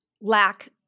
lack